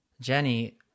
Jenny